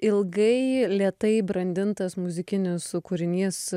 ilgai lėtai brandintas muzikinis kūrinys